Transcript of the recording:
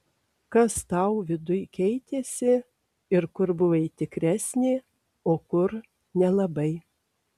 kas tau viduj keitėsi ir kur buvai tikresnė o kur nelabai